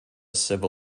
civil